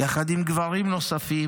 יחד עם גברים נוספים,